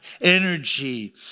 energy